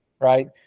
right